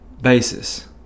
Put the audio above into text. basis